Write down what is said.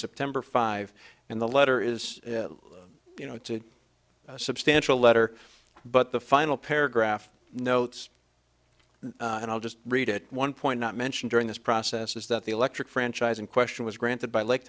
september five and the letter is you know it's a substantial letter but the final paragraph notes and i'll just read at one point not mention during this process is that the electric franchise in question was granted by lake